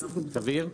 סביר.